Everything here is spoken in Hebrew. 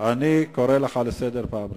אני קורא לך לסדר פעם ראשונה.